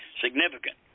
significant